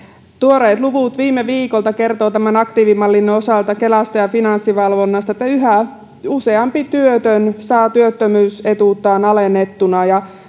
tuoreet luvut viime viikolta kertovat aktiivimallin osalta kelasta ja finanssivalvonnasta että yhä useampi työtön saa työttömyysetuuttaan alennettuna